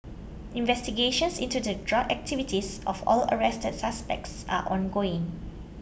investigations into the drug activities of all arrested suspects are ongoing